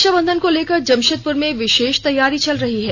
रक्षा बंधन को लेकर जमशेदपुर में विशेष तैयारी चल रही है